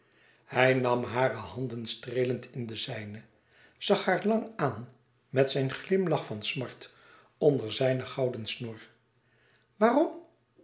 hij nam hare handen streelend in de zijne zag haar lang aan met zijn glimlach van smart onder zijne gouden snor waarom